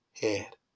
head